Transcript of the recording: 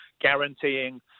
guaranteeing